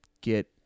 get